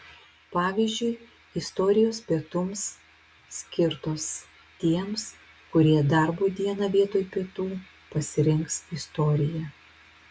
pavyzdžiui istorijos pietums skirtos tiems kurie darbo dieną vietoj pietų pasirinks istoriją